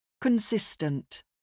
Consistent